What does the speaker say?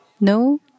No